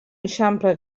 eixampla